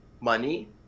money